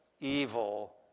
evil